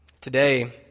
Today